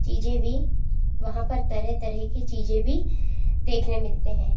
चीज़ें भी वहाँ पर तरह तरह की चीज़ें भी देखने मिलते हैं